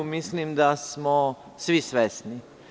Mislim da smo toga svi svesni.